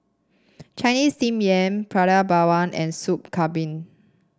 Chinese Steamed Yam Prata Bawang and Soup Kambing